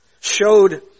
showed